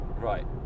Right